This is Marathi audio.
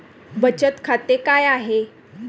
बचत खाते काय आहे?